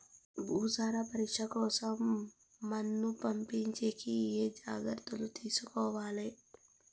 భూసార పరీక్ష కోసం మన్ను పంపించేకి ఏమి జాగ్రత్తలు తీసుకోవాలి?